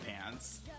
pants